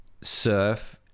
surf